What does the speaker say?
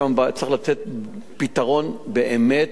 צריך לתת פתרון באמת,